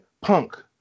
punk